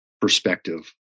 perspective